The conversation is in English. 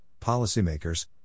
policymakers